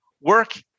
work